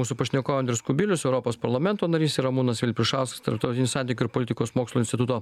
mūsų pašnekovai andrius kubilius europos parlamento narys ir ramūnas vilpišauskas tarptautinių santykių ir politikos mokslų instituto